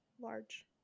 large